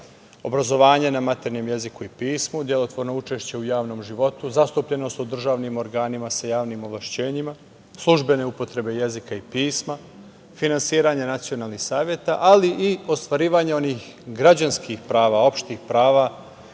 obrazovanje na maternjem jeziku i pismu, delotvorno učešće u javnom životu, zastupljenost u državnim organima sa javnim ovlašćenjima, službene upotrebe jezika i pisma, finansiranje nacionalnih saveta, ali i ostvarivanje onih građanskih prava, opštih prava